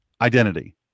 identity